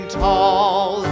tall